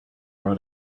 raw